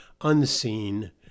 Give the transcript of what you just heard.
unseen